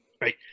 Right